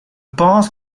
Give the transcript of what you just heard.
pense